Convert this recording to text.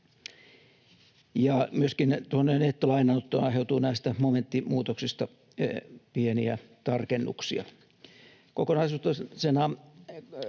nettolainanottoon aiheutuu näistä momenttimuutoksista pieniä tarkennuksia.